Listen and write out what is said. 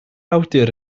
awdur